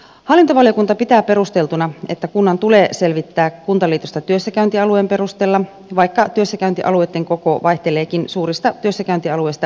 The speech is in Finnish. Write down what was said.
hallintovaliokunta pitää perusteltuna että kunnan tulee selvittää kuntaliitosta työssäkäyntialueen perusteella vaikka työssäkäyntialueitten koko vaihteleekin suurista työssäkäyntialueista pienempiin